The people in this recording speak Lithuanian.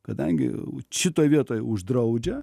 kadangi šitoj vietoj uždraudžia